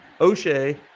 O'Shea